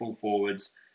forwards